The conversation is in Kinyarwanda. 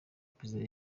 perezida